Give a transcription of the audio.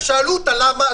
שאלו אותה למה?